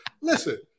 Listen